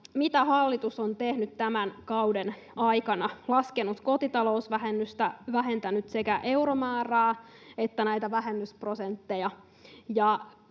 Mitä hallitus on tehnyt tämän kauden aikana? Laskenut kotitalousvähennystä, vähentänyt sekä euromäärää että näitä vähennysprosentteja.